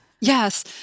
yes